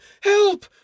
Help